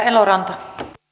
arvoisa puhemies